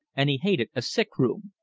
and he hated a sick-room.